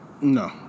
No